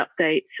updates